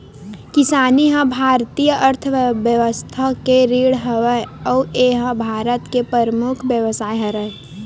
किसानी ह भारतीय अर्थबेवस्था के रीढ़ हरय अउ ए ह भारत के परमुख बेवसाय हरय